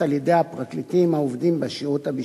על-ידי הפרקליטים העובדים בשירות המשפטי.